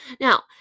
Now